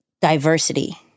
diversity